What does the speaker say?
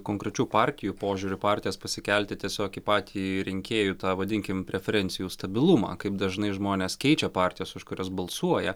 konkrečių partijų požiūriu partijas pasikelti tiesiog į patį rinkėjų tą vadinkim preferencijų stabilumą kaip dažnai žmonės keičia partijas už kurias balsuoja